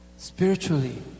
spiritually